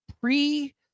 pre